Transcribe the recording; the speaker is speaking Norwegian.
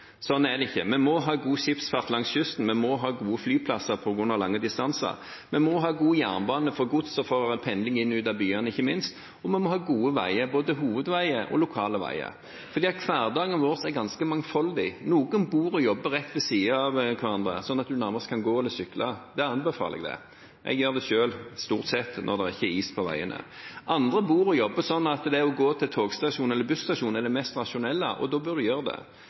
sånn er det ikke. Vi må ha god skipsfart langs kysten, vi må ha gode flyplasser på grunn av lange distanser, vi må ha god jernbane for gods og for pendling inn og ut av byene – ikke minst – og vi må ha gode veier, både hovedveier og lokale veier. Hverdagen vår er ganske mangfoldig. Noen bor og jobber rett ved siden av hverandre, sånn at man kan gå eller sykle – det anbefaler jeg, jeg gjør det selv stort sett når det ikke er is på veiene. Andre bor og jobber sånn at det å gå til togstasjonen eller busstasjonen er det mest rasjonelle, og da bør man gjøre det.